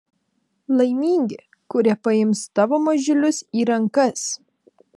laimingi kurie paims tavo mažylius į rankas